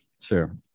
Sure